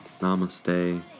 Namaste